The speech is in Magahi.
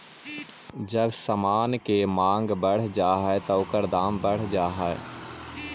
जब समान के मांग बढ़ जा हई त ओकर दाम बढ़ जा हई